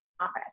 office